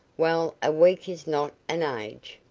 well, a week is not an age.